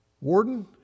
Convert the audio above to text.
warden